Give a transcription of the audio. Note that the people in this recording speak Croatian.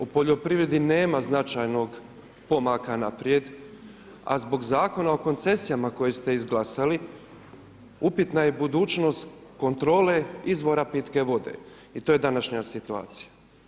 U poljoprivredi nema značajnog pomaka naprijed, a zbog Zakona o koncesijama koje ste izglasali, upitana je budućnost kontrole izvora pitke vode i to je današnja situacija.